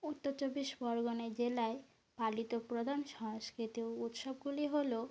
উত্তর চব্বিশ পরগনা জেলায় পালিত প্রধান সংস্কৃতি উৎসবগুলি হলো